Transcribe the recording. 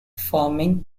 farming